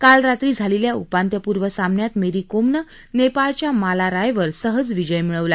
काल रात्री झालेल्या उपांत्यपूर्व सामन्यात मेरी कोमनं नेपाळच्या माला रायवर सहज विजय मिळवला